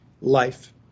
life